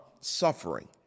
suffering